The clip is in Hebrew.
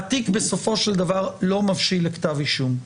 התיק לא מבשיל לכתב אישום,